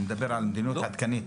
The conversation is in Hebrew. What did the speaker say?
אני מדבר על מדיניות עדכנית.